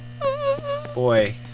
Boy